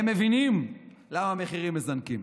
הם מבינים למה המחירים מזנקים,